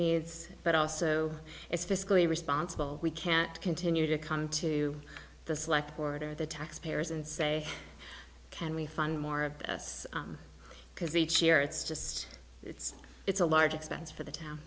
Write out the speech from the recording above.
needs but also is fiscally responsible we can't continue to come to the select board or the taxpayers and say can we fund more of this because each year it's just it's it's a large expense for the town